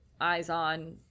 eyes-on